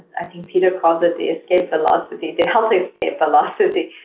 i think peter calls it the escape philosophy, the healthy escape philosophy.